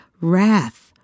wrath